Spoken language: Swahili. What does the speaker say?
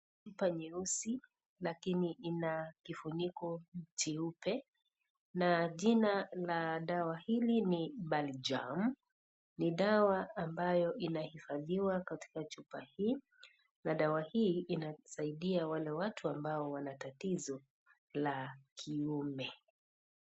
Chupa nyeusi lakini ina kifuniko cheupe na jina la dawa hili ni baljam. Ni dawa ambayo inahifadhiwa katika chupa hii na dawa hii inasaidia wale watu ambao wana tatizo la kiume.